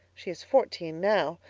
she's fourteen now.